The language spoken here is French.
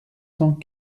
cent